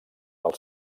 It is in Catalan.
del